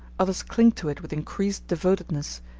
others cling to it with increased devotedness,